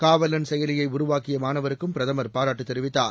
காவலன் செயலியை உருவாக்கிய மாணவருக்கும் பிரதமர் பாராட்டு தெரிவித்தார்